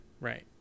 Right